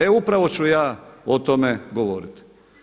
E upravo ću ja o tome govoriti.